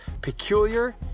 peculiar